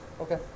Okay